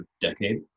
decade